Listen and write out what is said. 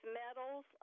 metals